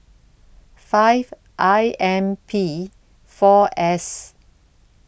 five I M P four S